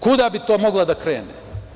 Kuda bi to moglo da krene?